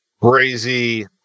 crazy